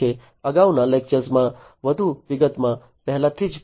અગાઉના લેક્ચર્સમાં વધુ વિગતમાં પહેલેથી જ પસાર થઈ ચૂક્યું છે